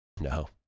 no